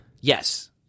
yes